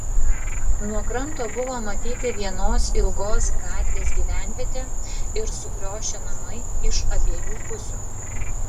nuo kranto buvo matyti vienos ilgos gatvės gyvenvietė ir sukriošę namai iš abiejų pusių